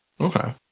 Okay